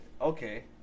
okay